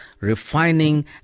refining